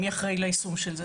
מי אחראי ליישום של זה.